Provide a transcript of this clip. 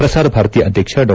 ಶ್ರಸಾರ ಭಾರತಿ ಅಧ್ಯಕ್ಷ ಡಾ